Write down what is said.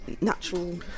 natural